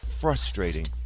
frustrating